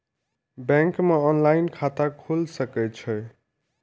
Bank में online खाता खुल सके छे?